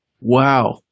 Wow